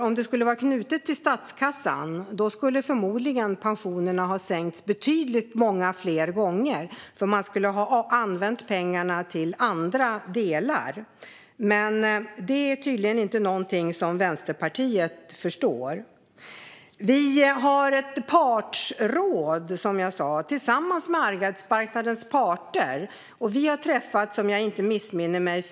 Om det skulle vara knutet till statskassan skulle pensionerna förmodligen ha sänkts betydligt fler gånger, och man skulle ha använt pengarna till andra delar. Men detta är tydligen inte något som Vänsterpartiet förstår. Vi har, som jag sa, partsråd tillsammans med arbetsmarknadens parter. Vi har träffats fyra gånger, om jag inte missminner mig.